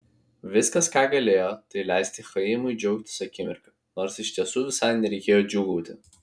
viskas ką galėjo tai leisti chaimui džiaugtis akimirka nors iš tiesų visai nereikėjo džiūgauti